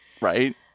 Right